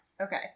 Okay